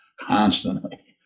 constantly